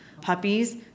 puppies